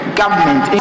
government